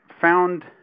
found